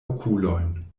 okulojn